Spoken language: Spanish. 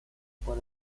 por